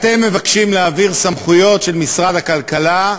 אתם מתבקשים להעביר סמכויות של משרד הכלכלה,